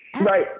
Right